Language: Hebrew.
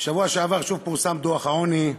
בשבוע שעבר שוב פורסם דוח העוני.